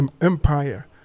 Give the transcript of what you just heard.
empire